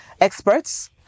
experts